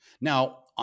Now